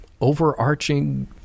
overarching